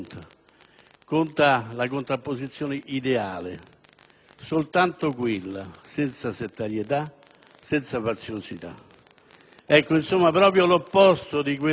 conta la contrapposizione ideale, soltanto quella, senza settarietà, senza faziosità». Ecco, proprio l'opposto di quel